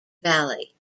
valley